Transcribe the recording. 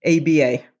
ABA